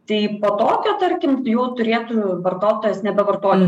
tai po tokio tarkim jau turėtų vartotojas nebevartoti